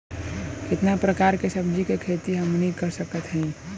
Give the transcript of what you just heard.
कितना प्रकार के सब्जी के खेती हमनी कर सकत हई?